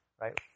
right